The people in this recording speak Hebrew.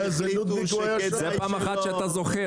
אני חושב שאתה צריך